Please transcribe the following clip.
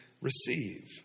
receive